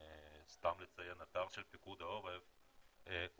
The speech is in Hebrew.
סתם לציין, האתר של פיקוד העורף הוא